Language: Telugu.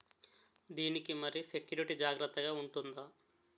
దీని కి మరి సెక్యూరిటీ జాగ్రత్తగా ఉంటుందా?